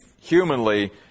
humanly